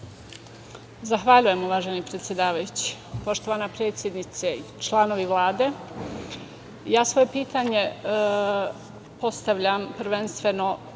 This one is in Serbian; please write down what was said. Zahvaljujem, uvaženi predsedavajući. Poštovana predsednice, članovi Vlade, ja svoje pitanje postavljam prvenstveno